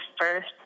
first